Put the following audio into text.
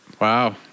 Wow